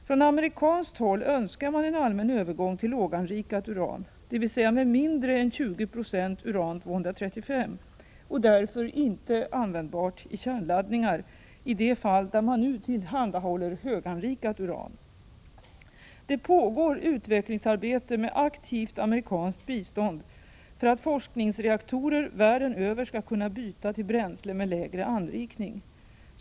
Från amerikanskt håll önskar man en allmän övergång till låganrikat uran, dvs. med mindre än 20 96 uran-235 och därför inte användbart i kärnladdningar, i de fall där man nu tillhandahåller höganrikat uran. Det pågår utvecklingsarbete med aktivt amerikanskt bistånd för att forskningsreaktorer världen över skall kunna byta till bränsle med lägre anrikning.